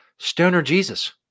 STONERJESUS